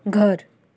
घर